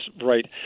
right